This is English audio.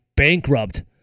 Bankrupt